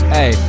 Hey